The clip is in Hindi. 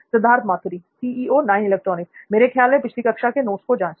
सिद्धार्थ मातुरी मेरे ख्याल में पिछली कक्षा के नोट्स को जांचना